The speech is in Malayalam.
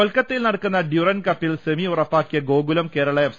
കൊൽക്കത്തയിൽ നടക്കുന്ന ഡ്യൂറന്റ് കപ്പിൽ സെമി ഉറപ്പാ ക്കിയ ഗോകുലം കേരള എഫ്